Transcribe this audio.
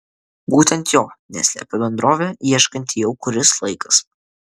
būtent jo neslepia bendrovė ieškanti jau kuris laikas